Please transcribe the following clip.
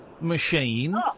machine